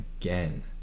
again